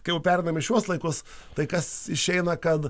kai jau pereinam į šiuos laikus tai kas išeina kad